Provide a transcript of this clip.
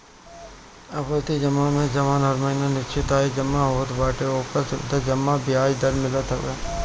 आवर्ती जमा में जवन हर महिना निश्चित आय जमा होत बाटे ओपर सावधि जमा बियाज दर मिलत हवे